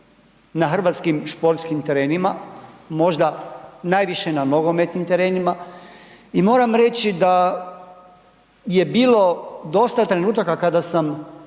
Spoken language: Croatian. na hrvatskim športskim terenima, možda najviše na nogometnim terenima i moram reći da je bilo dosta trenutaka kada sam